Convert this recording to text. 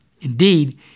Indeed